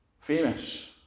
famous